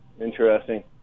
interesting